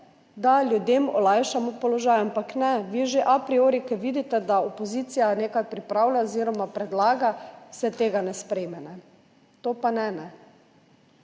da ljudem olajšamo položaj. Ampak ne, vi že a priori, ko vidite, da opozicija nekaj pripravlja oziroma predlaga, tega ne sprejmete. To pa ne.